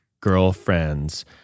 girlfriends